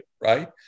right